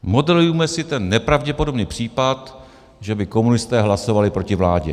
Modelujme si ten nepravděpodobný případ, že by komunisté hlasovali proti vládě.